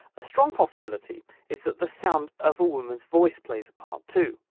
a strong possibility is that the sound of a woman's voice plays a part too.